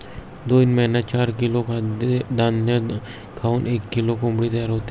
दोन महिन्यात चार किलो धान्य खाऊन एक किलो कोंबडी तयार होते